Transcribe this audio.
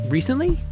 Recently